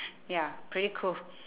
ya pretty cool